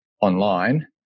online